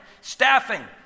staffing